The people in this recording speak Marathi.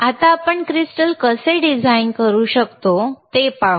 आता आपण क्रिस्टल ऑसीलेटर कसे डिझाइन करू शकतो ते पाहू